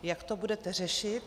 Jak to budete řešit?